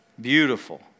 beautiful